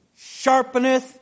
sharpeneth